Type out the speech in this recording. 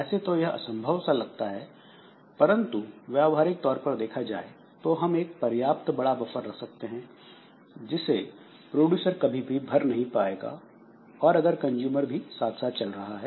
ऐसे तो यह असंभव लगता है परंतु व्यावहारिक तौर पर देखा जाए तो हम एक पर्याप्त बड़ा बफर रख सकते हैं जिसे प्रोड्यूसर कभी भी भर नहीं पाएगा अगर कंजूमर भी साथ साथ चल रहा है